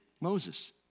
Moses